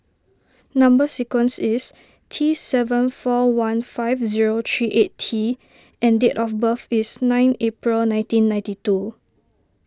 Number Sequence is T seven four one five zero three eight T and date of birth is nine April nineteen ninety two